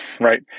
right